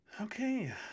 Okay